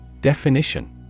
Definition